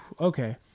okay